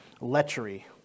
lechery